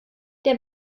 der